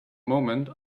moment